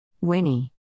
Winnie